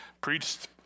preached